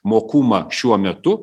mokumą šiuo metu